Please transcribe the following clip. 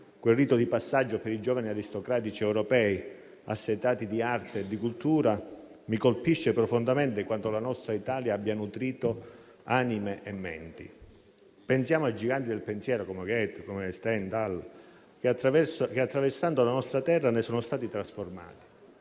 quel rito di passaggio per i giovani aristocratici europei assetati di arte e di cultura, mi colpisce profondamente quanto la nostra Italia abbia nutrito anime e menti. Pensiamo a giganti del pensiero come Goethe e Stendhal, che, attraversando la nostra terra, ne sono stati trasformati,